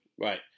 Right